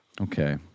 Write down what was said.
Okay